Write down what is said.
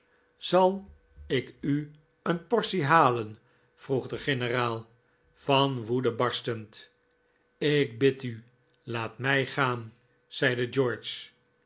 zal ik u een portie halen vroeg de generaal van woede barstend ik bid u laat mij gaan zeide george